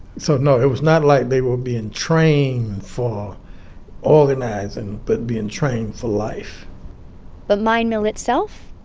so no, it was not like they were being trained for organizing, but being trained for life but mine mill itself,